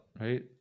right